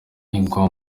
igwa